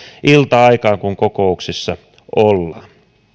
ilta aikaan kokouksissa ollaan